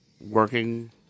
working